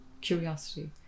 curiosity